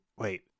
Wait